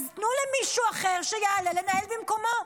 תנו למישהו אחר שיעלה לנהל במקומו,